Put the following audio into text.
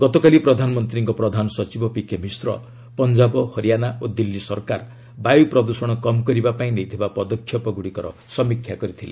ଗତକାଲି ପ୍ରଧାନମନ୍ତ୍ରୀଙ୍କ ପ୍ରଧାନ ସଚିବ ପିକେ ମିଶ୍ର ପଞ୍ଜାବ ହରିଆଣା ଓ ଦିଲ୍ଲୀ ସରକାର ବାୟୁ ପ୍ରଦ୍ଷଣ କମ୍ କରିବା ପାଇଁ ନେଇଥିବା ପଦକ୍ଷେପଗ୍ରଡ଼ିକର ସମୀକ୍ଷା କରିଥିଲେ